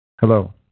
Hello